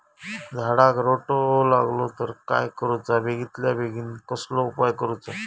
झाडाक रोटो लागलो तर काय करुचा बेगितल्या बेगीन कसलो उपाय करूचो?